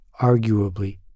arguably